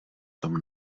tom